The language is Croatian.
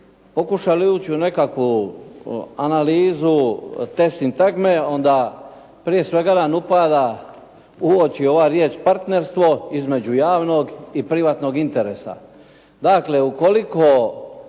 pokušali ući u nekakvu analizu te sintagme onda prije svega nam upada u oči ova riječ: "partnerstvo" između "javnog i privatnog interesa".